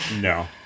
No